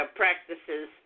practices